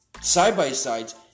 side-by-sides